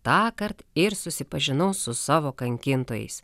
tąkart ir susipažinau su savo kankintojais